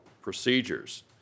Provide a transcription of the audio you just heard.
procedures